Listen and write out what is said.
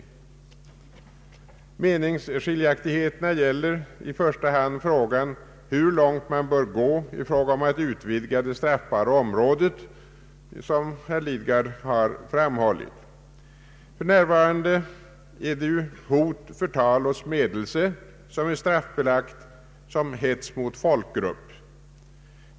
Meningsskiljaktigheterna gäller i första hand hur långt man bör gå i fråga om att utvidga det straffbara området, såsom herr Lidgard framhållit. För närvarande är hot, förtal och smädelse straffbelagda som hets mot folkgrupp.